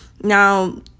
Now